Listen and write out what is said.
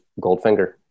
Goldfinger